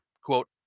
Quote